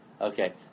Okay